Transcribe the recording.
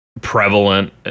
prevalent